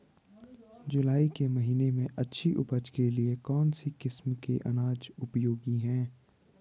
जुलाई के महीने में अच्छी उपज के लिए कौन सी किस्म के अनाज उपयोगी हैं?